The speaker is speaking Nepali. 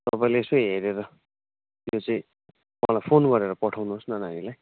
तपाईँले यसो हेरेर त्यो चाहिँ मलाई फोन गरेर पठाउनुहोस् न नानीलाई